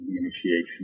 initiation